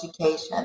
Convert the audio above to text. education